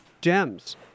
gems